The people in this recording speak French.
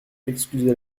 excusez